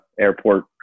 airport